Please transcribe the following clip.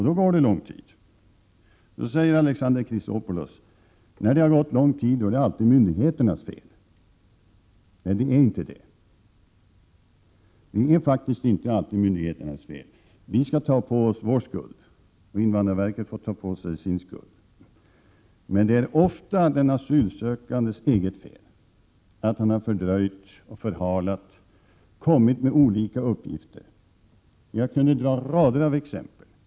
Då tar det lång tid. Alexander Chrisopoulos säger att det alltid är myndigheternas fel när handläggningstiderna blir långa. Så är det inte. Det är faktiskt inte alltid myndigheternas fel. Vi skall ta på oss vår skuld och invandrarverket får ta på sig sin. Men det är ofta den asylsökandes eget fel, genom att han har fördröjt och förhalat handläggningen och kommit med olika uppgifter. Jag skulle kunna nämna rader av exempel på detta.